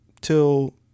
till